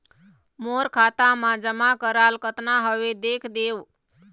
मोर खाता मा जमा कराल कतना हवे देख देव?